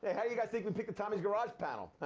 ah how you guys think we pick the tommy's garage panel?